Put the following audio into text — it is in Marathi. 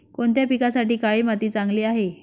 कोणत्या पिकासाठी काळी माती चांगली आहे?